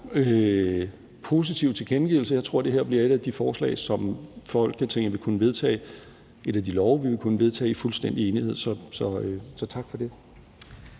positive tilkendegivelser. Jeg tror, at det her bliver et af de forslag, som Folketinget vil kunne vedtage i fuldstændig enighed. Tak for det.